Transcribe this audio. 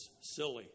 silly